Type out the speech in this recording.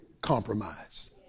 compromise